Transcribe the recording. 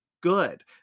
Good